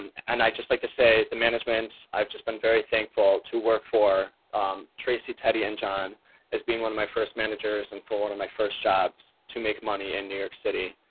and and i just like to say the management's i've just been very thankful to work for tracy teddy and john has been one of my first managers and for one of my first jobs to make money in new york city.